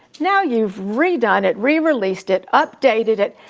now you've redone it, re-released it, updated it.